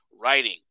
writing